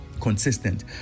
consistent